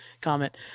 comment